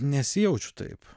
nesijaučiu taip